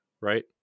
right